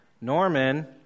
Norman